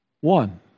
One